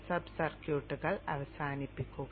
sub സർക്യൂട്ടുകൾ അവസാനിപ്പിക്കുക